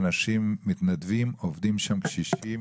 זה שמתנדבים ועובדים שם קשישים.